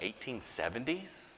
1870s